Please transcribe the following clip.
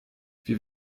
wir